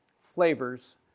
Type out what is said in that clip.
flavors